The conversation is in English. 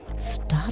Stop